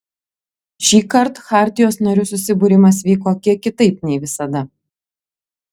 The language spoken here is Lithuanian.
šįkart chartijos narių susibūrimas vyko kiek kitaip nei visada